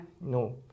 no